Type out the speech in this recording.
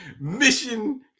Mission